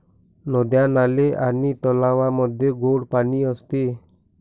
नद्या, नाले आणि तलावांमध्ये गोड पाणी असते